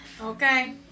Okay